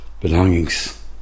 belongings